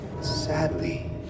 Sadly